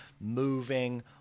moving